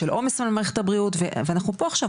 של עומס על מערכת הבריאות ואנחנו פה עכשיו,